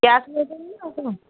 cash ନେଉଛନ୍ତି ନା କ'ଣ